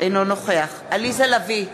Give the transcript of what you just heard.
אינו נוכח עליזה לביא,